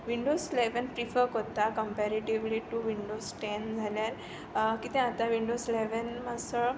Windows eleven prefer करता comparatively to Windows ten जाल्यार कितें जाता विंजोड इलेवन मातसो